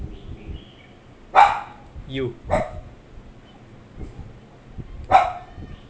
you